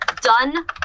done